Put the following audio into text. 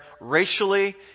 racially